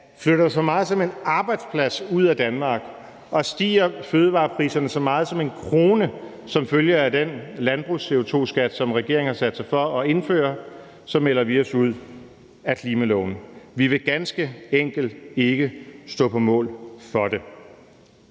flytter der så meget som en arbejdsplads ud af Danmark og stiger fødevarepriserne så meget som 1 kr. som følge af den CO2-skat på landbruget, som regeringen har sat sig for at indføre, melder vi os ud af klimaloven. Vi vil ganske enkelt ikke stå på mål for det.